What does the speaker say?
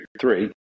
three